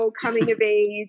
coming-of-age